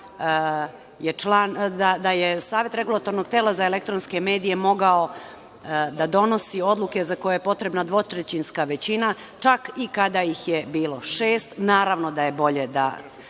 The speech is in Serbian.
da je Savet Regulatornog tela za elektronske medije mogao da donosi odluke za koje je potrebna dvotrećinska većina, čak i kada ih je bilo šest. Naravno da je bolje da